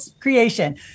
creation